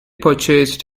purchased